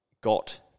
got